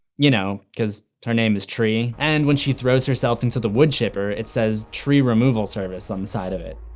you know. because her name is tree. and when she throws herself into the woodchipper, it says tree removal service on the side of it.